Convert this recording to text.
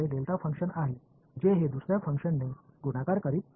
எனவே இந்த செயல்பாட்டின் மதிப்பு என்னவாக இருக்கும்